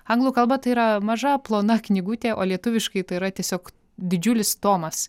anglų kalba tai yra maža plona knygutė o lietuviškai tai yra tiesiog didžiulis tomas